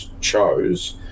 chose